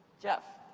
jeff.